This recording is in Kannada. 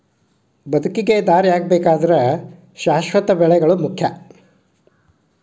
ಬದುಕಿಗೆ ದಾರಿಯಾಗಬೇಕಾದ್ರ ಶಾಶ್ವತ ಬೆಳೆಗಳು ಮುಖ್ಯ